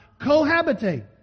cohabitate